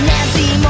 Nancy